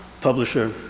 publisher